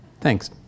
Thanks